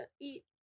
eat